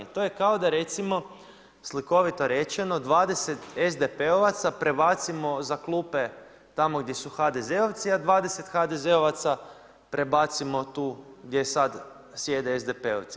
To je kao da recimo slikovito rečeno 20 SDP-ovaca prebacimo za klupe tamo gdje su HDZ-ovci, a 20 HDZ-ovaca prebacimo tu gdje sad sjede SDP-ovci.